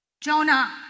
Jonah